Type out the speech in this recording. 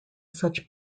such